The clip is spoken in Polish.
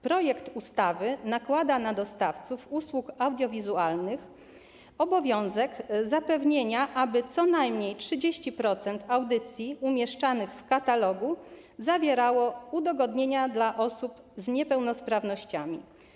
Projekt ustawy nakłada na dostawców usług audiowizualnych obowiązek zapewnienia, aby co najmniej 30% audycji umieszczanych w katalogu zawierało udogodnienia dla osób z niepełnosprawnościami.